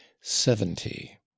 seventy